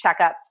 checkups